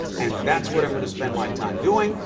and that's what i'm going to spend my time doing.